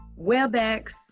WebEx